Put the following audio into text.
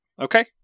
Okay